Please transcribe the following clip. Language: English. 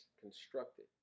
constructed